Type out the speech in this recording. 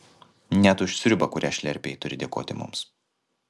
net už sriubą kurią šlerpei turi dėkoti mums